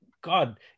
God